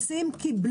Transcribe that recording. מוטי, תסיים את